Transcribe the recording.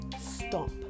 stop